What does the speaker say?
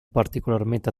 particolarmente